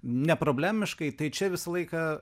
neproblemiškai tai čia visą laiką